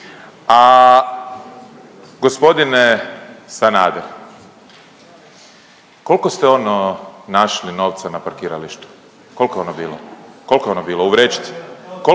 A g. Sanader, kolko ste ono našli novca na parkiralištu, kolko je ono bilo, kolko je ono bilo u vrećici,